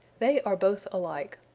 they are both alike.